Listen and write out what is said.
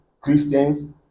Christians